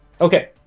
Okay